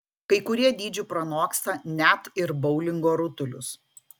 kai kurie dydžiu pranoksta net ir boulingo rutulius